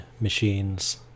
machines